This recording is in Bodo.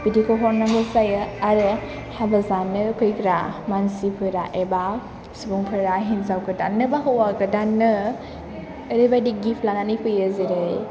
बिदिखौ हरनांगौ जायो आरो हाबा जानो फैग्रा मानसिफोरा एबा सुबुंफोरा हिन्जाव गोदाननो बा हौवा गोदाननो ओरैबायदि गिफ्ट लानानै फैयो जेरै